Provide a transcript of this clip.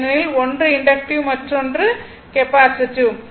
ஏனெனில் ஒன்று இண்டக்ட்டிவ் மற்றொரு கெப்பாசிட்டிவ்